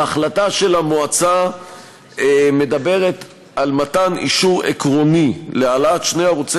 ההחלטה של המועצה מדברת על מתן אישור עקרוני להעלאת שני ערוצי